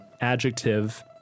adjective